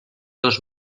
dos